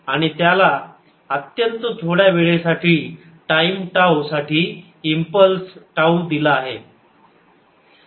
आणि त्याला अत्यंत थोड्या वेळेसाठी टाईम टाऊ साठी इम्पल्स टाऊ दिला आहे